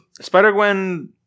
Spider-Gwen